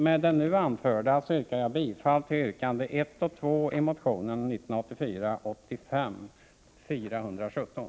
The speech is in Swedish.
Med det nu anförda yrkar jag bifall till yrkandena 1 och 2 i motion 1984/85:417.